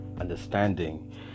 understanding